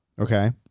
Okay